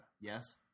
Yes